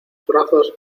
brazos